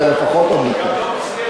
זה לפחות עוד דקה.